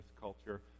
culture